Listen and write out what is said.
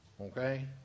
Okay